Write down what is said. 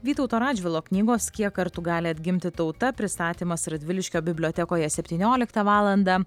vytauto radžvilo knygos kiek kartų gali atgimti tauta pristatymas radviliškio bibliotekoje septynioliktą valandą